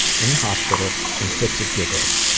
in hospital, in fits of giggles.